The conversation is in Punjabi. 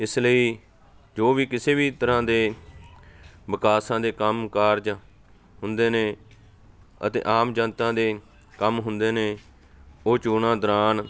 ਇਸ ਲਈ ਜੋ ਵੀ ਕਿਸੇ ਵੀ ਤਰ੍ਹਾਂ ਦੇ ਵਿਕਾਸਾਂ ਦੇ ਕੰਮ ਕਾਰਜ ਹੁੰਦੇ ਨੇ ਅਤੇ ਆਮ ਜਨਤਾ ਦੇ ਕੰਮ ਹੁੰਦੇ ਨੇ ਉਹ ਚੋਣਾਂ ਦੌਰਾਨ